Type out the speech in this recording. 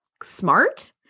smart